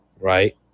right